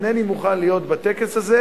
אינני מוכן להיות בטקס הזה.